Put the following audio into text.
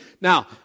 Now